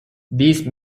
these